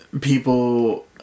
people